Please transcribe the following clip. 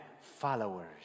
followers